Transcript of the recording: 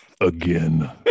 Again